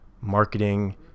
marketing